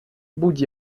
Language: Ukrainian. будь